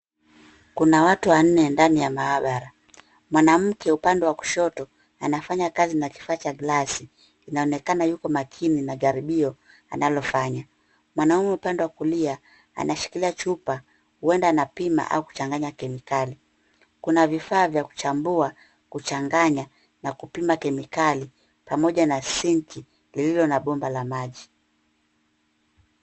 Kuna watu wanne ndani ya maabara ,mwanamke upande wa kushoto anafanya kazi na kifaa cha glasi inaonekana yuko makini na jaribio analofanya, mwanaume upande wa kulia anashikilia chupa huenda anapima au kuchanganya kemikali kuna vifaa vya kuchambua kuchanganya na kupima kemikali pamoja na sinki lililo na bomba la maji.